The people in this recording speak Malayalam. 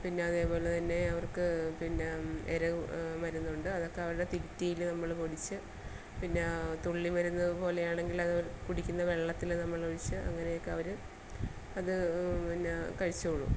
പിന്നെ അതേപോലെ തന്നെ അവർക്ക് പിന്നെ എര മരുന്നുണ്ട് അതൊക്കെ അവരുടെ തീറ്റിയിൽ നമ്മൾ പൊടിച്ച് പിന്നെ തുള്ളിമരുന്ന് പോലെയാണെങ്കിൽ അത് കുടിക്കുന്ന വെള്ളത്തിൽ നമ്മളൊഴിച്ച് അങ്ങനെയൊക്കെ അവർ അത് പിന്നെ കഴിച്ചോളും